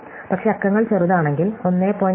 പക്ഷേ അക്കങ്ങൾ ചെറുതാണെങ്കിൽ 1